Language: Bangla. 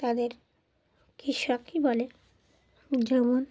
তাদের কৃষকই বলে যেমন